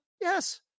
yes